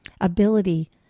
ability